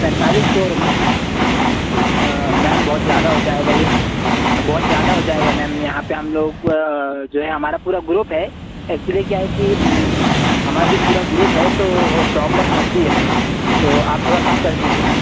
पैंतालीस सौ रुपये मैम बहुत ज़्यादा हो जाएगा यह बहुत ज़्यादा हो जाएगा मैम यहाँ पर हम लोग जो है हमारा पूरा ग्रुप है एक्चुली क्या है कि हमारा जो पूरा ग्रुप है तो ओह प्रॉब्लम होती है मैम तो आप थोड़ा कम कर दीजिए ना